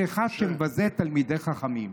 אחד שמבזה תלמידי חכמים.